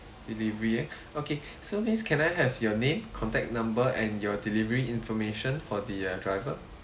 delivery ah okay so miss can I have your name contact number and your delivery information for the uh driver